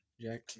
Jack